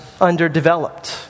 underdeveloped